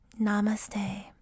Namaste